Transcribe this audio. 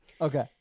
Okay